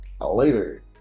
later